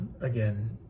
again